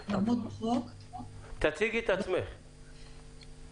כדי לעמוד בחוק באופן מלא.